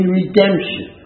redemption